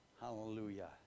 Hallelujah